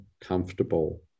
comfortable